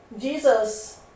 Jesus